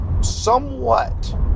somewhat